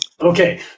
Okay